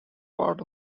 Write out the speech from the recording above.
part